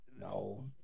no